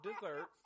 desserts